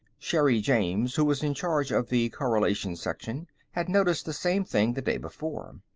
sherri james, who was in charge of the correlation section, had noticed the same thing the day before.